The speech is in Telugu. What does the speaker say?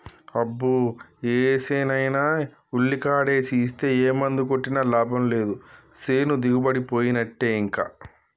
అబ్బో ఏసేనైనా ఉల్లికాడేసి ఇస్తే ఏ మందు కొట్టినా లాభం లేదు సేను దిగుబడిపోయినట్టే ఇంకా